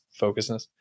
focusness